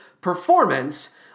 performance